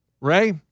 Ray